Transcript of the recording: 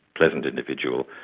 pleasant individual.